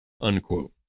unquote